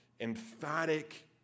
emphatic